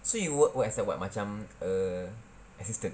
so you work what as a what macam a assistant